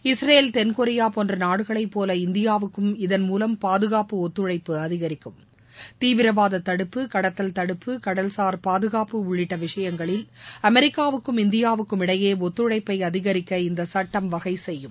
Israel தென்கொரியா போன்ற நாடுகளை போல இந்தியாவுக்கும் இதன் மூலம் பாதுகாப்பு ஒத்துழைப்பு அதிகரிக்கும் தீவிரவாத தடுப்பு கடத்தல் தடுப்பு கடல்சார் பாதுகாப்பு உள்ளிட்ட விஷயங்களில் அமெரிக்காவுக்கும் இந்தியாவுக்கும் இடையே ஒத்துழைப்பை அதிகரிக்க இந்த சுட்டம் வகை செய்யும்